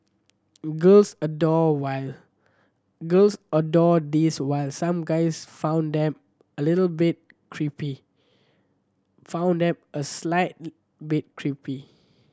girls adored while girls adored these while some guys found them a little bit creepy found them a slight bit creepy